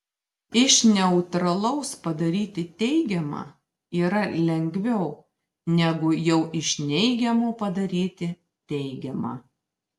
iš neutralaus padaryti teigiamą yra lengviau negu jau iš neigiamo padaryti teigiamą